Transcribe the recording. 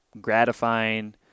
gratifying